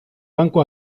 banco